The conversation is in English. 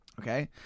Okay